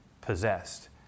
possessed